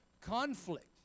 conflict